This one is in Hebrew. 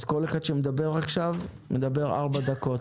אז כל מי שידבר עכשיו ידבר ארבע דקות.